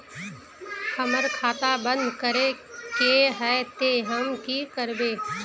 हमर खाता बंद करे के है ते हम की करबे?